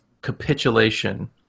capitulation